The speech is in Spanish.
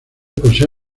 posee